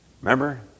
Remember